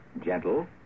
gentle